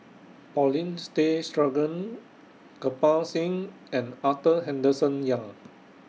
Paulin Tay Straughan Kirpal Singh and Arthur Henderson Young